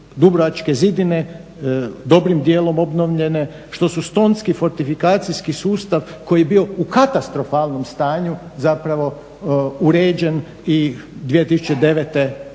Dubrovačke zidine dobrim dijelom obnovljene, što su Stonski fortifikacijski sustav koji je bio u katastrofalnom stanju uređen i 2009.priveden